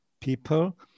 people